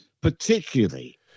particularly